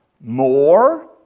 more